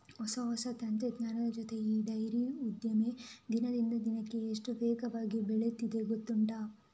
ಹೊಸ ಹೊಸ ತಂತ್ರಜ್ಞಾನದ ಜೊತೆ ಈ ಡೈರಿ ಉದ್ದಿಮೆ ದಿನದಿಂದ ದಿನಕ್ಕೆ ಎಷ್ಟು ವೇಗವಾಗಿ ಬೆಳೀತಿದೆ ಗೊತ್ತುಂಟಾ